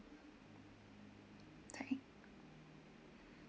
alright